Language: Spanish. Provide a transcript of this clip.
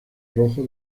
rojo